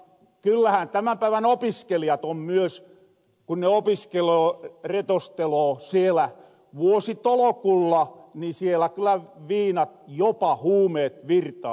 kyllähän tämän päivän opiskelijoilla myös kun ne opiskeloo retosteloo siellä vuositolokulla siellä kyllä viinat jopa huumeet virtaa